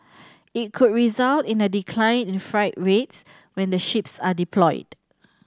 it could result in a decline in freight rates when the ships are deployed